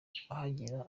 ahagera